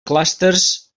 clústers